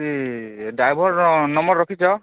ସେ ଡ୍ରାଇଭରର ନମ୍ବର୍ ରଖିଛ